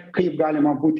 kaip galima būti